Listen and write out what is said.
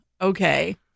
okay